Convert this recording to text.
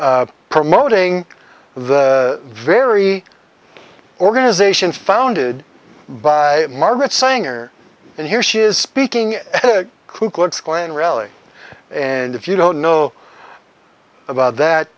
promoting the very organization founded by margaret sanger and here she is speaking cuckolds klan rally and if you don't know about that